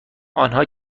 آنها